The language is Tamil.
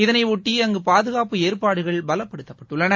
இதனையொட்டி அங்கு பாதுகாப்பு ஏற்பாடுகள் பலப்படுத்தப்பட்டுள்ளன